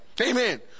Amen